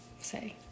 say